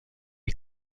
est